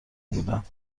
بودند